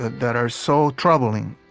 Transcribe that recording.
that that are so troubling,